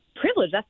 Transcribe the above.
privilege